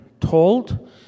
told